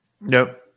Nope